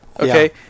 okay